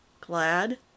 Glad